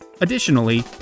additionally